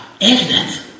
evident